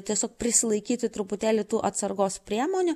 tiesiog prisilaikyti truputėlį tų atsargos priemonių